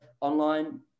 online